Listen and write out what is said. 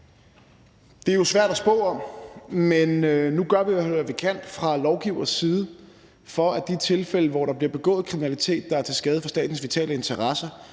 Det er jo svært at spå om, men nu gør vi i hvert fald, hvad vi kan, fra lovgivers side, for at det i de tilfælde, hvor der bliver begået kriminalitet, der er til skade for statens vitale interesser,